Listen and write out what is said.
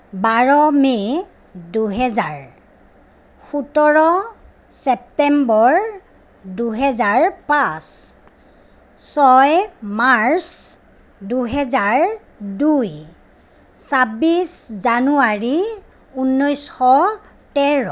বাৰ মে' দুহাজাৰ সোতৰ ছেপ্তেম্বৰ দুহাজাৰ পাচঁ ছয় মাৰ্চ দুহাজাৰ দুই ছাব্বিছ জানুৱাৰী ঊনৈছশ তেৰ